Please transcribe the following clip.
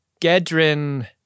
Gedrin